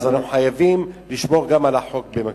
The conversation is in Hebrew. אנחנו חייבים לשמור גם על החוק במקביל.